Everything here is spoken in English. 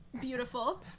Beautiful